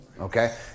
Okay